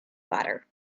latter